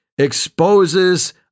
Exposes